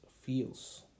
feels